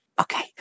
Okay